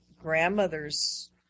grandmother's